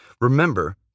remember